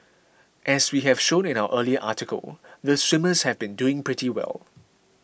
as we have shown in our earlier article the swimmers have been doing pretty well